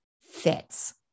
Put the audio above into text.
fits